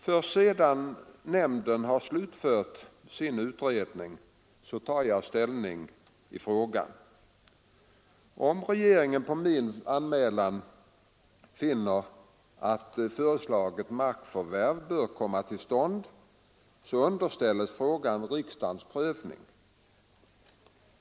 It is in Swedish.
Först sedan nämnden slutfört sin utredning tar jag ställning i frågan. Om regeringen på min anmälan finner att föreslaget markförvärv bör komma till stånd underställs frågan riksdagens prövning.